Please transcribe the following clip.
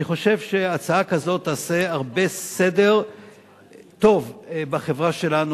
אני חושב שהצעה כזאת תעשה הרבה סדר טוב בחברה שלנו,